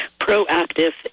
proactive